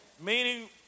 meaning